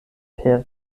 per